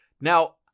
Now